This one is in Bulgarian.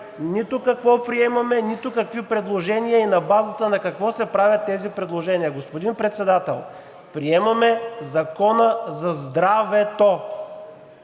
нито какво приемаме, нито какви предложения и на базата на какво се правят тези предложения. Господин Председател, приемаме Закона за здра-ве-то